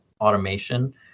automation